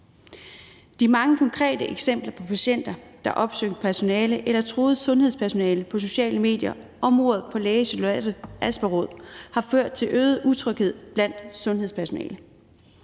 De mange konkrete eksempler på patienter, der har opsøgt personale eller truet sundhedspersonale på sociale medier, og mordet på lægen Charlotte Asperud har ført til en øget utryghed blandt sundhedspersonalet.